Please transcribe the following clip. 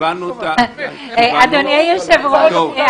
אדוני היושב-ראש,